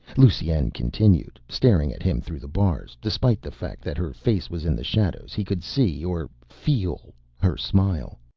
lusine continued staring at him through the bars. despite the fact that her face was in the shadows, he could see or feel her smile.